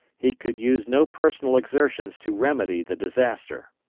he could use no personal exertions to remedy the disaster.